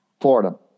Florida